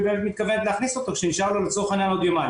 מתכוונת להכניס אותו כשנשארו לו עוד יומיים.